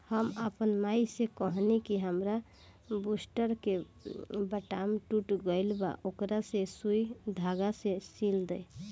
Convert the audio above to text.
हम आपन माई से कहनी कि हामार बूस्टर के बटाम टूट गइल बा ओकरा के सुई धागा से सिल दे